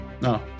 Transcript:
No